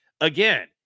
again